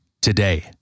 today